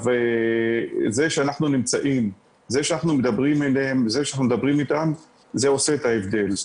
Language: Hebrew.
זה שאנחנו מדברים איתם, זה עושה את ההבדל.